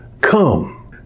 come